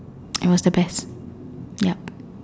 it was the best yep